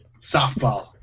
Softball